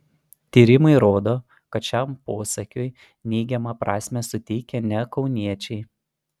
tyrimai rodo kad šiam posakiui neigiamą prasmę suteikia ne kauniečiai